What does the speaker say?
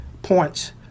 points